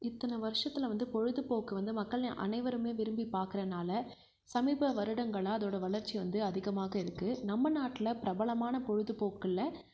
இத்தனை வருஷத்தில் வந்து பொழுதுபோக்கு வந்து மக்கள் அனைவருமே விரும்பி பார்க்கறனால சமீப வருடங்களாக அதோடய வளர்ச்சி வந்து அதிகமாக இருக்குது நம்ம நாட்டில் பிரபலமான பொழுதுபோக்கில்